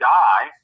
die